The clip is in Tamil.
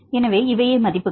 எனவே இவையே மதிப்புகள்